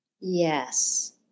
Yes